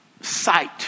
sight